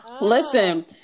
Listen